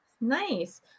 nice